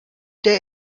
der